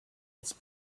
its